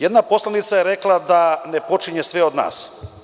Jedna poslanica je rekla da ne počinje sve od nas.